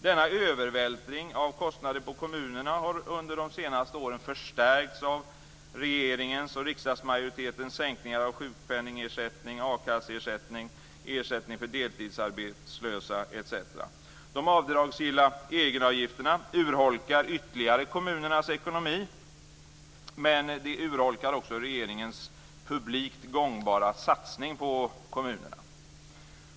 Denna övervältring av kostnader på kommunerna har under de senaste åren förstärkts av regeringens och riksdagsmajoritetens sänkningar av sjukpenningersättning, akasseersättning, ersättning för deltidsarbetslösa etc. De avdragsgilla egenavgifterna urholkar ytterligare kommunernas ekonomi men också regeringens publikt gångbara satsning på kommunerna.